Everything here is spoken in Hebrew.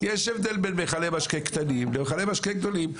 יש הבדל בין מכלי משקה קטנים למכלי משקה גדולים.